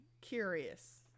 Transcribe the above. curious